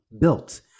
built